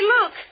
look